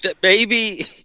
Baby